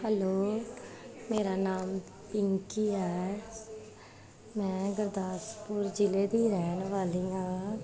hello ਮੇਰਾ ਨਾਮ ਪਿੰਕੀ ਹੈ ਮੈਂ ਗੁਰਦਾਸਪੁਰ ਜ਼ਿਲ੍ਹੇ ਦੀ ਰਹਿਣ ਵਾਲੀ ਹਾਂ